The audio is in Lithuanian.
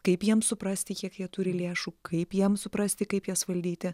kaip jiems suprasti kiek jie turi lėšų kaip jiems suprasti kaip jas valdyti